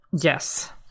Yes